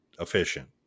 efficient